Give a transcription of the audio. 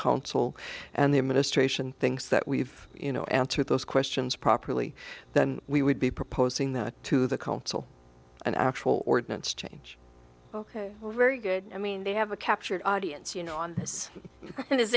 council and the administration thinks that we've you know answered those questions properly then we would be proposing that to the council an actual ordinance change ok very good i mean they have a captured audience you know in his